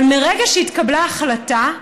אבל מרגע שהתקבלה ההחלטה,